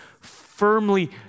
firmly